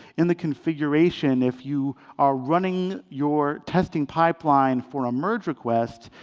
in the configuration, if you are running your testing pipeline for a merge request,